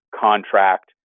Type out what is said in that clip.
contract